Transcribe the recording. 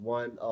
one